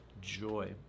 joy